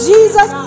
Jesus